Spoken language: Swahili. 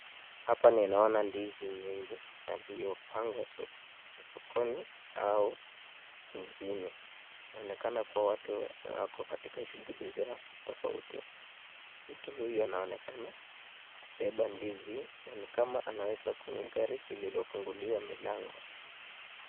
Hapa ninaona ndizi nyingi iliyopangwa sokoni au mjini. Inaonekana kuwa watu wako katika shughuli zao tofauti. Mtu huyu anaonekana kubeba ndizi na ni kama anaweka kwenye gari lililofunguliwa milango.